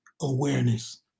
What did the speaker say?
awareness